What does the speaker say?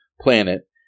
planet